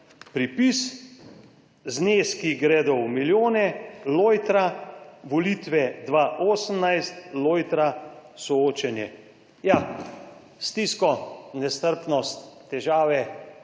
pripis: »Zneski gredo v milijone, lojtra, volitve, 2018, lojtra, soočenje.« Ja, stisko, nestrpnost, težave